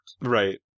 Right